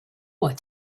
what